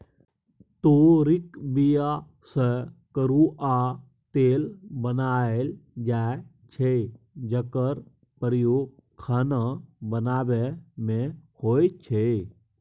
तोरीक बीया सँ करुआ तेल बनाएल जाइ छै जकर प्रयोग खाना बनाबै मे होइ छै